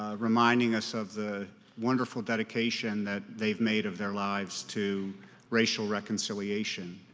ah reminding us of the wonderful dedication that they've made of their lives to racial reconciliation.